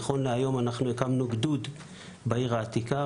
נכון להיום אנחנו הקמנו גדוד בעיר העתיקה,